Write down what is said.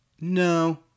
No